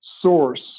source